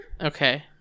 Okay